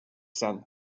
sand